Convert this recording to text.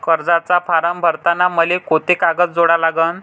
कर्जाचा फारम भरताना मले कोंते कागद जोडा लागन?